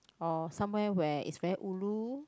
or somewhere where it's very ulu